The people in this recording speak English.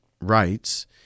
rights